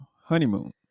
honeymoon